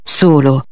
solo